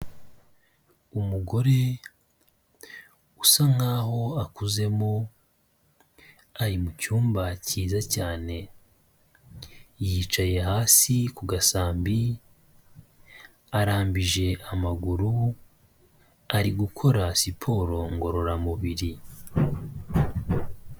Umugore usa nk'aho akuzemo, ari mu cyumba cyiza cyane. Yicaye hasi ku gasambi arambije amaguru, ari gukora siporo ngororamubiri.